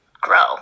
grow